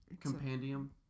compendium